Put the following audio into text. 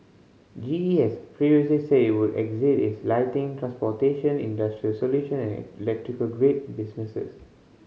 G E has previously said it would exit its lighting transportation industrial solution and electrical grid businesses